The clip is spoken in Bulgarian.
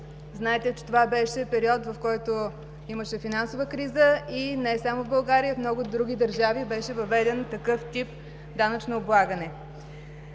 Знаете, че това беше период, в който имаше финансова криза, и не само в България, в много други държави беше въведен такъв тип данъчно облагане.